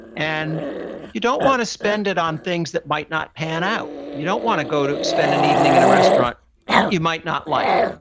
and you don't want to spend it on things that might not pan out. you don't want to go to spend an evening at and a restaurant you might not like,